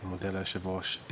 אני מודה ליושב ראש.